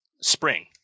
spring